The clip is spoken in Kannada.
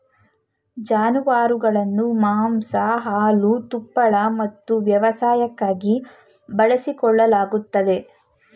ಜಾನುವಾರುಗಳನ್ನು ಮಾಂಸ ಹಾಲು ತುಪ್ಪಳ ಮತ್ತು ವ್ಯವಸಾಯಕ್ಕಾಗಿ ಬಳಸಿಕೊಳ್ಳಲಾಗುತ್ತದೆ